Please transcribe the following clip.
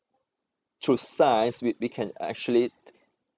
through science we we can actually